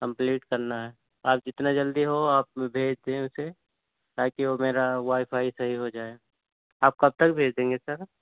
complete کرنا ہے آپ جتنا جلدی ہو آپ بھیج دیں اسے تاکہ وہ میرا وائی فائی صحیح ہو جائے آپ کب تک بھیج دیں گے سر